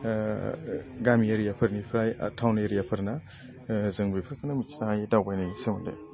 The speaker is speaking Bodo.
गामि एरियाफोरनिफ्राय टाउन एरियाफोरना जों बेफोरखौनो मिथिनो हायो दावबायनायनि सोमोन्दै